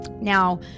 Now